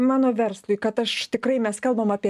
mano verslui kad aš tikrai mes kalbame apie